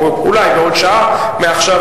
או אולי בעוד שעה מעכשיו,